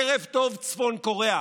ערב טוב, צפון קוריאה.